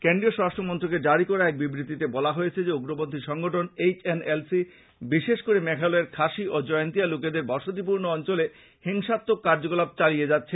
কেন্দ্রীয় স্বরাষ্ট্র মন্ত্রনালয়ের জারী করাএক বিবৃতিতে বলা হয়েছে যে উগ্রপন্থী সংগঠন এইচ এন এল সি বিশেষ করে মেঘালয়ের খাসী ও জয়ন্তীয়া লোকেদের বসতিপূর্ন অঞ্চলে হিংসাত্মক কার্যকলাপ চালিয়ে যাচ্ছে